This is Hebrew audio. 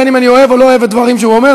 בין אם אני אוהב או לא אוהב דברים שהוא אומר.